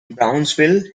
brownsville